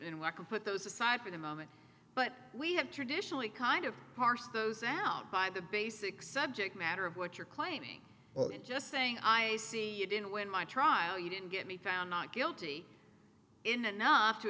and work and put those aside for the moment but we have traditionally kind of parsed those out by the basic subject matter of what you're claiming it just saying i see you didn't win my trial you didn't get me found not guilty enough to